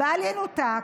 הבל-ינותק,